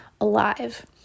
alive